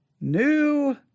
New